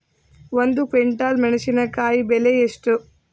ಒಂದು ಕ್ವಿಂಟಾಲ್ ಮೆಣಸಿನಕಾಯಿ ಬೆಲೆ ಎಷ್ಟು?